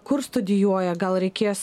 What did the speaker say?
kur studijuoja gal reikės